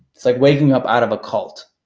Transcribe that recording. it's like waking up out of a cult.